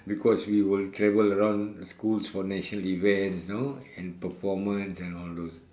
because we will travel around schools for national events you know and performances and all those